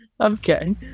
Okay